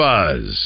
Buzz